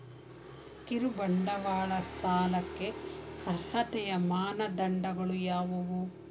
ಕಿರುಬಂಡವಾಳ ಸಾಲಕ್ಕೆ ಅರ್ಹತೆಯ ಮಾನದಂಡಗಳು ಯಾವುವು?